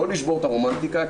לא לשבור את הרומנטיקה,